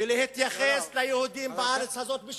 ולהתייחס ליהודים בארץ הזאת בשוויון.